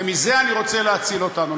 ומזה אני רוצה להציל אותנו.